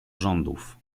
rządów